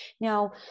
Now